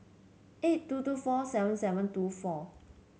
eight two two four seven seven two four